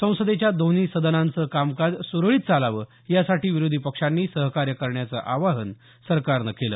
संसदेच्या दोन्ही सदनांचं कामकाज सुरळीत चालावं यासाठी विरोधी पक्षांनी सहकार्य करण्याचं आवाहन सरकारनं केलं